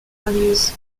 values